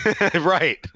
Right